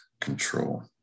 control